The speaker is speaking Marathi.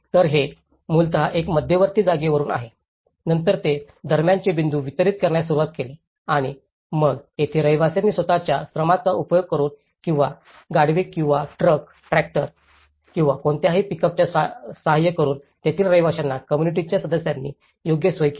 तर हे मूलतः एका मध्यवर्ती जागेवरून आहे नंतर ते दरम्यानचे बिंदू वितरित करण्यास सुरवात केले आणि मग तेथील रहिवाशांनी स्वत च्या श्रमचा उपयोग करून किंवा गाढवे किंवा ट्रॅक्टर किंवा कोणत्याही पिकअपची सहाय्य करून तेथील रहिवाशांना कोम्मुनिटीच्या सदस्यांनी त्यांची सोय केली